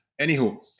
Anywho